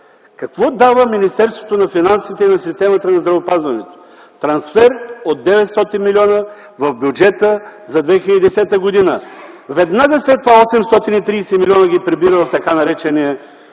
Какво дава Министерството на финансите на системата за здравеопазването? Трансфер от 900 млн. лв. в бюджета за 2010 г., веднага след това 830 милиона ги прибира в така наречения